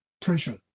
pressure